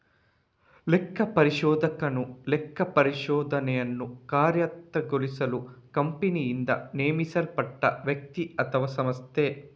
ಲೆಕ್ಕಪರಿಶೋಧಕನು ಲೆಕ್ಕಪರಿಶೋಧನೆಯನ್ನು ಕಾರ್ಯಗತಗೊಳಿಸಲು ಕಂಪನಿಯಿಂದ ನೇಮಿಸಲ್ಪಟ್ಟ ವ್ಯಕ್ತಿ ಅಥವಾಸಂಸ್ಥೆ